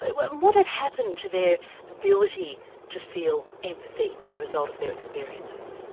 but what and what had happened to their ability to feel empathy as a result of their experiences?